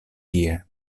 tie